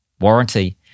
warranty